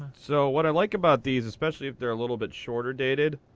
so what i like about these, especially if they're a little bit shorter dated,